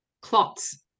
clots